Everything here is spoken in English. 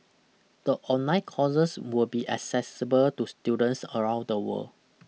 the online courses will be accessible to students around the world